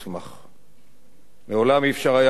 מעולם לא היה אפשר לראות על פניו שמחה לאיד.